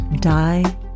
Die